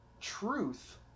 truth